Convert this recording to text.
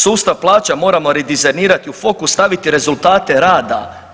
Sustav plaća moramo redizajnirati i u fokus staviti rezultate rada.